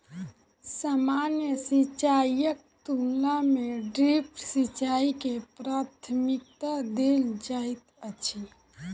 सामान्य सिंचाईक तुलना मे ड्रिप सिंचाई के प्राथमिकता देल जाइत अछि